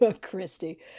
Christy